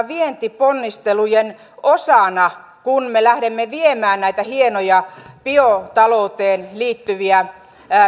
vientiponnistelujen osana kun me lähdemme viemään näitä hienoja biotalouteen liittyviä